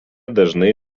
dažnai